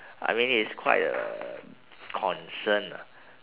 I mean it's quite a concern lah